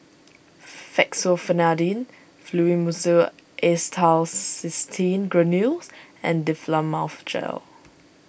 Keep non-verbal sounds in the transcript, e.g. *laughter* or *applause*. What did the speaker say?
*noise* Fexofenadine Fluimucil Acetylcysteine Granules and Difflam Mouth Gel